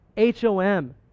HOM